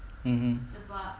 mm mm